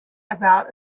about